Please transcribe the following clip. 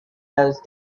those